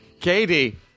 Katie